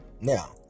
now